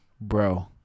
Bro